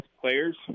players